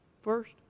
First